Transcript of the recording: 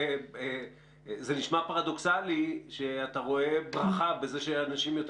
זה נשמע פרדוכסלי שאתה רואה ברכה בזה שאנשים יותר